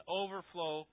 overflow